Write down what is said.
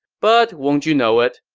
but won't you know it,